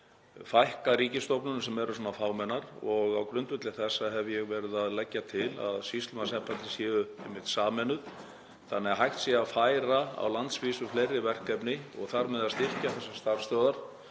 fækka ríkisstofnunum sem eru fámennar. Á grundvelli þessa hef ég verið að leggja til að sýslumannsembættin séu einmitt sameinuð þannig að hægt sé að færa á landsvísu fleiri verkefni, og þar með að styrkja þessar starfsstöðvar,